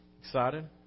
Excited